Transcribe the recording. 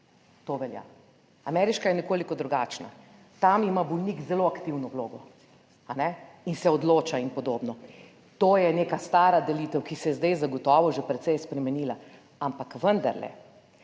To velja. Ameriška je nekoliko drugačna, tam ima bolnik zelo aktivno vlogo, a ne, in se odloča. In podobno. To je neka stara delitev, ki se je zdaj zagotovo že precej spremenila, ampak vendarle.